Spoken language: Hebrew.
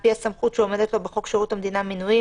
על-פי הסמכות שעומדת לו בחוק שירות המדינה (מינויים),